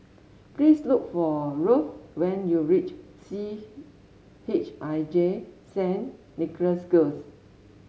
please look for Ruthe when you reach C H I J Saint Nicholas Girls